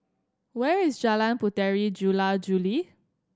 where is Jalan Puteri Jula Juli